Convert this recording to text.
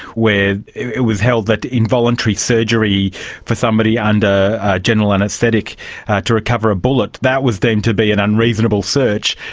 where it was held that involuntary surgery for somebody under general anaesthetic to recover a bullet, that was deemed to be an unreasonable search,